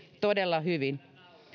todella hyvin